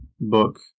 book